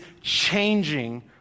changing